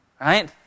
Right